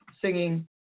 singing